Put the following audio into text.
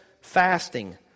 fasting